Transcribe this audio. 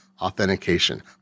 authentication